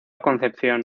concepción